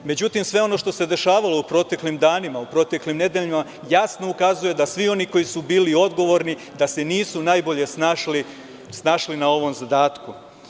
Međutim, sve ono što se dešavalo u proteklim danima, proteklim nedeljama jasno ukazuje da svi oni koji su bili odgovorni da se nisu najbolje snašli na ovom zadatku.